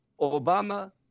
Obama